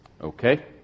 Okay